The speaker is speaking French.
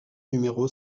numéro